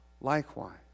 likewise